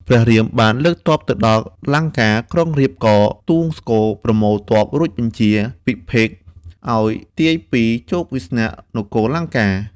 ព្រះរាមបានលើកទ័ពទៅដល់លង្កា ក្រុងរាពណ៍ក៏ទូងស្គរប្រមូលទ័ពរួចបញ្ជា ពិភេកឱ្យទាយពីជោគវាសនានគរលង្កា។